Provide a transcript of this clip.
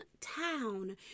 town